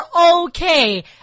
okay